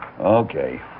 Okay